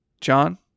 John